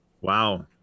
Wow